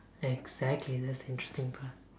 exactly that's the interesting part